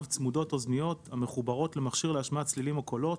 צמודות אוזניות המחוברות למכשיר להשמעת צלילים או קולות,